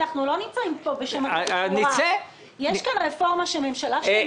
יש כאן רפורמה שהממשלה עבדה עליה שנים.